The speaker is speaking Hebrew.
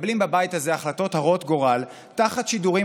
מקבלים בבית הזה החלטות הרות גורל תחת שידורים